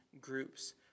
groups